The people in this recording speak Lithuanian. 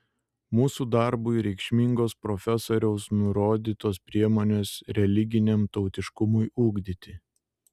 mūsų darbui reikšmingos profesoriaus nurodytos priemonės religiniam tautiškumui ugdyti